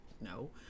no